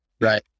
right